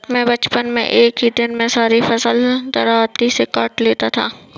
मैं बचपन में एक ही दिन में सारी फसल दरांती से काट देता था